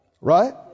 Right